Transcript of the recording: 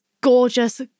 gorgeous